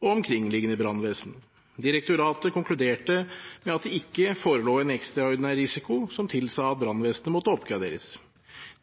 og omkringliggende brannvesen. Direktoratet konkluderte med at det ikke forelå en ekstraordinær risiko som tilsa at brannvesenet måtte oppgraderes.